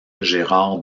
gérard